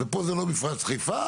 פה זה לא מפרץ חיפה,